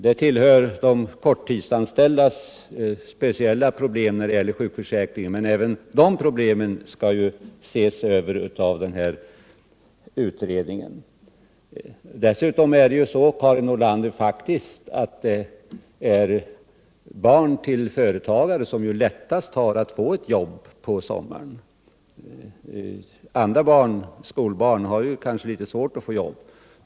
Detta tillhö:: de korttidsanställdas problem när det Nr 131 gäller sjukförsäkringen.